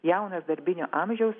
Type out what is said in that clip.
jaunas darbinio amžiaus